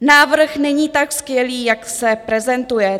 Návrh není tak skvělý, jak se prezentuje.